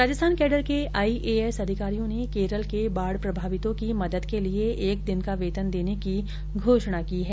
Rajasthan cadre के IAS अधिकारियों ने केरल के बाढ़ प्रभावितों की मदद के लिए एक दिन का वेतन देने की घोषणा की है